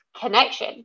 connection